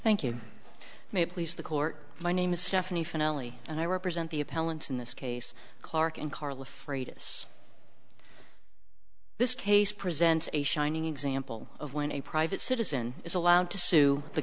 thank you may please the court my name is stephanie fanelli and i represent the appellant's in this case clark and carl afraid of this this case presents a shining example of when a private citizen is allowed to sue the